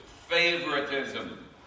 Favoritism